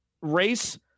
race